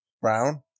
Brown